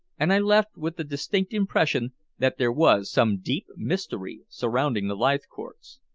and i left with the distinct impression that there was some deep mystery surrounding the leithcourts.